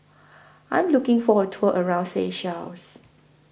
I'm looking For A Tour around Seychelles